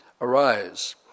Arise